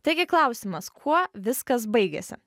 taigi klausimas kuo viskas baigėsi